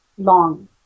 long